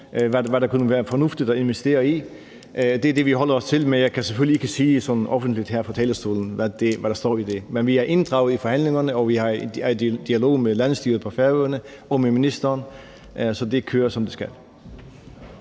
hvad der kunne være fornuftigt at investere i. Det er det, vi holder os til, men jeg kan selvfølgelig ikke sige sådan offentligt her fra talerstolen, hvad der står i det. Men vi er inddraget i forhandlingerne, og vi er i dialog med landsstyret på Færøerne og med ministeren, så det kører, som det skal.